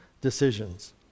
decisions